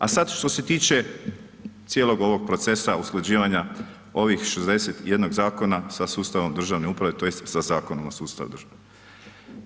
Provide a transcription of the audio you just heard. A sad što se tiče cijelog ovog procesa usklađivanja ovih 61 zakona sa sustavom državne uprave, tj. sa Zakonom o sustavu državne uprave.